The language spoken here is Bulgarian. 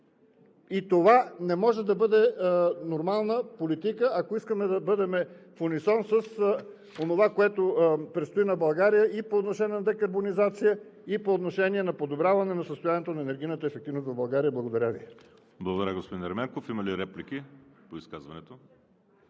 Това не може да бъде нормална политика, ако искаме да бъдем в унисон с онова, което предстои на България и по отношение на декарбонизация, и по отношение на подобряване на състоянието на енергийната ефективност в България. Благодаря Ви. ПРЕДСЕДАТЕЛ ВАЛЕРИ СИМЕОНОВ: Благодаря, господин Ерменков. Има ли реплики по изказването?